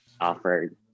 offered